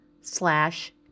slash